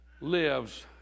lives